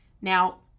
Now